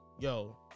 Yo